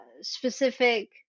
specific